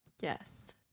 Yes